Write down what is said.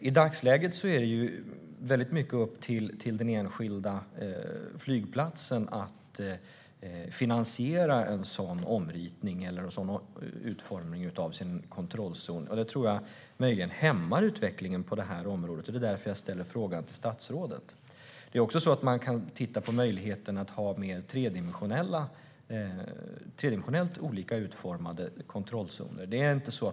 I dagsläget är det mycket upp till den enskilda flygplatsen att finansiera en sådan utformning av sin kontrollzon. Det tror jag möjligen hämmar utvecklingen på området, och det är därför jag ställer frågan till statsrådet. Man kan också se på möjligheten att ha tredimensionellt utformade kontrollzoner.